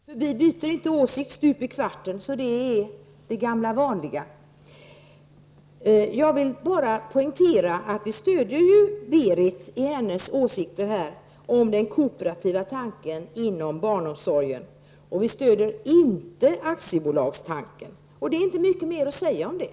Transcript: Herr talman! Först vill jag säga att miljöpartiet inte heller har något nytt att anföra. Vi byter inte åsikt stup i kvarten, så det är det gamla vanliga. Jag vill nu bara poängtera att vi stöder Berith Eriksson i hennes åsikter om den kooperativa tanken inom barnomsorgen och att vi inte stöder aktiebolagstanken. Det är inte mycket mer att säga om det.